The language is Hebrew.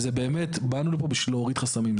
ובאמת, באנו לפה בשביל להוריד חסמים.